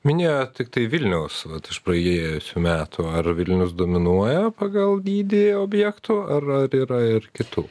minėjot tiktai vilniaus vat iš praėjusių metų ar vilnius dominuoja pagal dydį objektų ar ar yra ir kitų